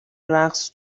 رقص